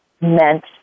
meant